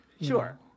Sure